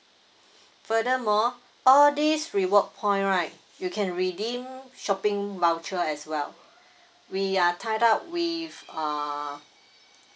furthermore all this reward points right you can redeem shopping voucher as well we are tied up with uh